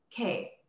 okay